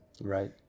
Right